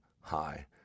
high